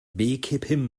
beekeeping